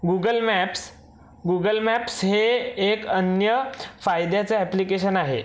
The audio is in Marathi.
गूगल मॅप्स गूगल मॅप्स हे एक अन्य फायद्याचे अॅप्लिकेशन आहे